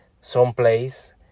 someplace